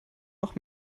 noch